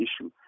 issue